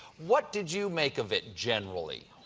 what did you make of it, generally?